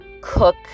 cook